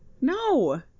No